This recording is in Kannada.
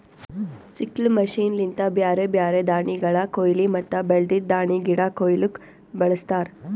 ಸಿಕ್ಲ್ ಮಷೀನ್ ಲಿಂತ ಬ್ಯಾರೆ ಬ್ಯಾರೆ ದಾಣಿಗಳ ಕೋಯ್ಲಿ ಮತ್ತ ಬೆಳ್ದಿದ್ ದಾಣಿಗಿಡ ಕೊಯ್ಲುಕ್ ಬಳಸ್ತಾರ್